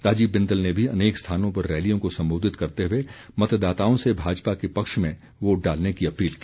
राजीव बिंदल ने भी अनेक स्थानों पर रैलियों को संबोधित करते हुए मतदाताओं से भाजपा के पक्ष में वोट डालने की अपील की